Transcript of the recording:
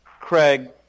Craig